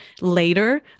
later